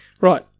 Right